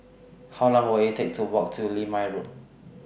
How Long Will IT Take to Walk to Limau Walk